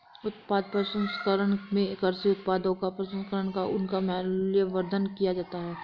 उत्पाद प्रसंस्करण में कृषि उत्पादों का प्रसंस्करण कर उनका मूल्यवर्धन किया जाता है